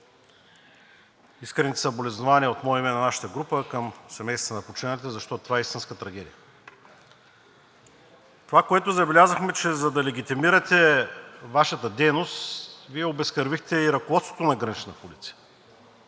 Искрени съболезнования от мое име и нашата група към семействата на починалите, защото това е истинска трагедия. Това, което забелязахме, че за да легитимирате Вашата дейност, Вие обезкървихте и ръководството на Гранична полиция.